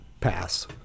pass